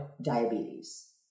diabetes